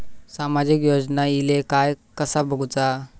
सामाजिक योजना इले काय कसा बघुचा?